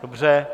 Dobře.